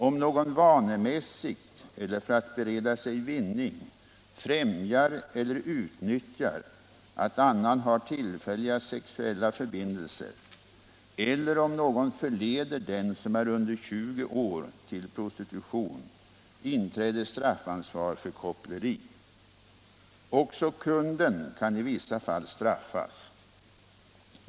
Om någon vanemässigt eller för att bereda sig vinning främjar eller utnyttjar att annan har tillfälliga sexuella förbindelser eller om någon förleder den som är under 20 år till prostitution, inträder straffansvar för koppleri. Också kunden kan i vissa fall straffas.